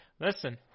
listen